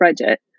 budget